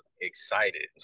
excited